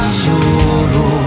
solo